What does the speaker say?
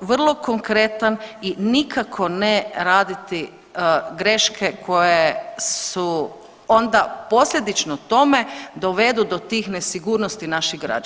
vrlo konkretan i nikako ne raditi greške koje su onda posljedično tome dovedu do tih nesigurnosti naših građana.